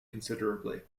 considerably